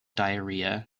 diarrhea